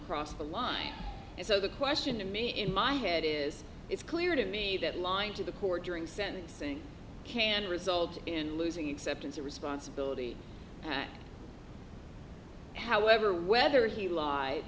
crossed the line and so the question to me in my head is it's clear to me that lying to the court during sentencing can result in losing acceptance of responsibility however whether he lie